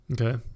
okay